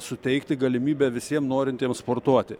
suteikti galimybę visiem norintiem sportuoti